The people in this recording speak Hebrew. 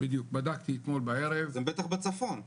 זה בטח בצפון.